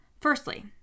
Firstly